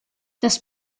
das